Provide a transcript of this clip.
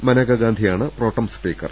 മനേകാഗാന്ധിയാണ് pro tem speaker